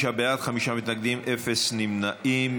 45 בעד, חמישה מתנגדים, אין נמנעים.